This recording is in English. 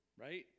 right